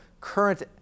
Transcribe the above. current